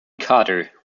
carter